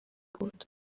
بود